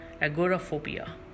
agoraphobia